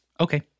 Okay